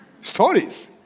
Stories